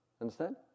Understand